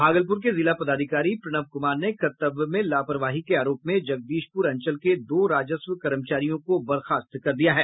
भागलपुर के जिला पदाधिकारी प्रणव कुमार ने कर्तव्य में लापरवाही के आरोप में जगदीशपुर अंचल के दो राजस्व कर्मचारियों को बर्खास्त कर दिया है